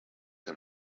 him